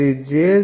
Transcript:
అది Jz kz